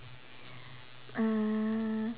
mm